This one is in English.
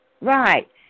Right